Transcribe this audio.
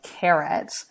carrot